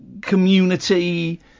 community